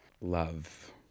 love